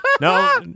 No